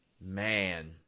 man